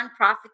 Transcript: nonprofit